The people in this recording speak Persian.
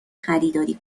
خریداری